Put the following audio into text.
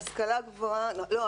לא,